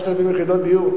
400 יחידות דיור.